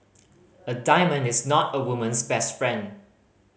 a diamond is not a woman's best friend